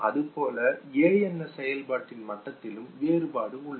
அதுபோல ஏஎன்எஸ் செயல்பாட்டின் மட்டத்திலும் வேறுபாடு உள்ளது